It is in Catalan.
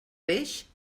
peix